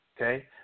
Okay